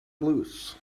blues